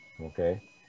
Okay